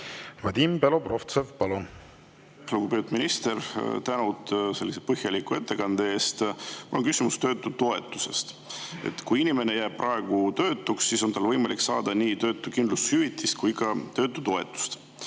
Vadim Belobrovtsev, palun! Lugupeetud minister, tänu sellise põhjaliku ettekande eest! Mul on küsimus töötutoetuse kohta. Kui inimene jääb praegu töötuks, siis on tal võimalik saada nii töötuskindlustushüvitist kui ka töötutoetust.